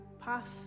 paths